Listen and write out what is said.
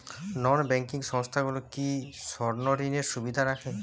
নন banking সংস্থাগুলো কি স্বর্ণঋণের সুবিধা রাখে?